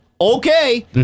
Okay